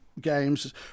games